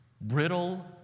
brittle